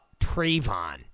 Trayvon